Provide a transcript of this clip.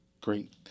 great